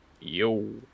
Yo